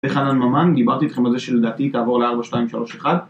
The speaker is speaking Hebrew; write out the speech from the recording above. זה חנן ממן, דיברתי איתכם על זה שלדעתי, תעבור ל-4, 2, 3, 1